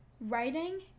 writing